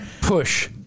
Push